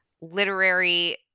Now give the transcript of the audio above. literary